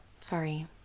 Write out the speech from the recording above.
Sorry